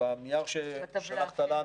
שבנייר ששלחת לנו,